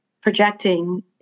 projecting